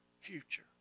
future